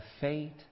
fate